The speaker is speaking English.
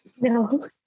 no